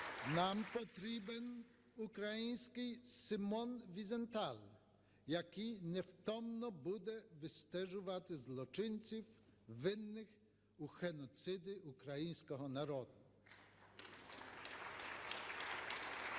нам потрібен український Симон Візенталь, який невтомно буде відстежувати злочинців, винних у геноциді українського народу. (Оплески)